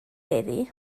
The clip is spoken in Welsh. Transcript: heddiw